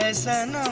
ah son.